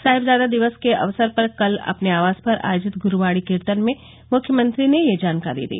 साहिबजादा दिवस के अवसर पर कल अपने आवास पर आयोजित गुरूबाणी कीर्तन में मुख्यमंत्री ने यह जानकारी दी